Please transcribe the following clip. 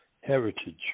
heritage